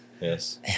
Yes